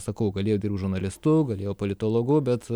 sakau galėjau dirbt žurnalistu galėjau politologu bet